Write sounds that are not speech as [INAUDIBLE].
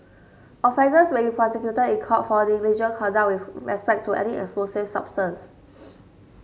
offenders may be prosecuted in court for negligent conduct with respect to any explosive substance [NOISE]